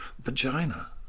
vagina